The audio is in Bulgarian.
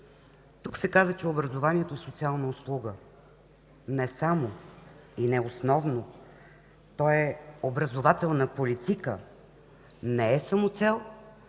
Тук се каза, че образованието е социална услуга. Не само и не основно. Той е образователна политика, не е самоцел,